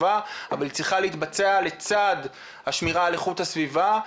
אבל זה צריך להתבצע לצד השמירה על איכות הסביבה,